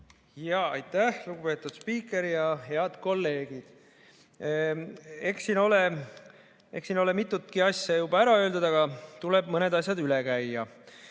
Aitäh, lugupeetud spiiker! Head kolleegid! Eks siin ole mitugi asja juba ära öeldud, aga tuleb mõned asjad üle käia.